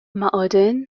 معادن